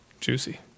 Juicy